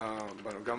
גם